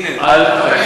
הם לא עבדו,